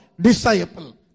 disciple